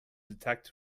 detect